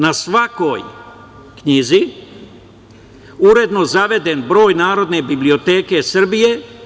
Na svakoj knjizi uredno zaveden broj Narodne biblioteke Srbije.